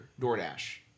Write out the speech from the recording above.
DoorDash